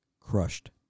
crushed